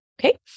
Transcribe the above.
Okay